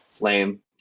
Lame